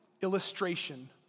illustration